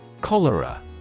Cholera